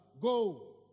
Go